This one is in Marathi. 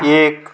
एक